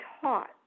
taught